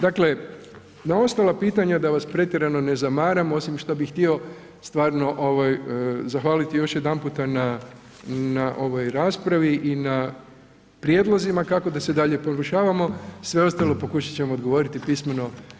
Dakle, na ostala pitanja da vas pretjerano ne zamaram, osim što bi htio stvarno zahvalit još jedanputa na, na ovoj raspravi i na prijedlozima kako da se dalje poboljšavamo, sve ostalo pokušat ćemo odgovoriti pismeno.